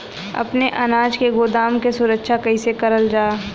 अपने अनाज के गोदाम क सुरक्षा कइसे करल जा?